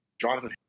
Jonathan